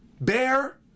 bear